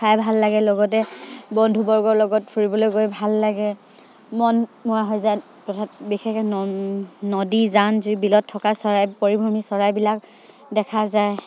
খাই ভাল লাগে লগতে বন্ধুবৰ্গৰ লগত ফুৰিবলৈ গৈ ভাল লাগে মন মোৱা হৈ যায় বিশেষকৈ নদী জান যি বিলত থকা চৰাই পৰিভ্ৰমী চৰাইবিলাক দেখা যায়